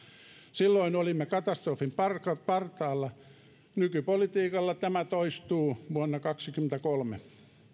silloin olimme katastrofin partaalla nykypolitiikalla tämä toistuu vuonna kaksikymmentäkolme